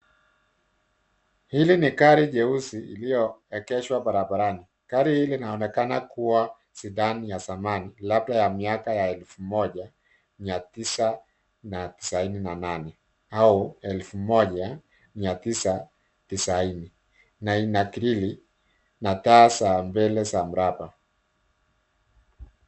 Hili ni gari jeusi iliyoegeshwa barabarani. Gari hili linaonekana kuwa Sedan ya zamani labda ya miaka ya elfu moja, mia tisa na tisaini na nane, au elfu moja, mia tisa, tisaini na ina grill na taa za mbele za mraba.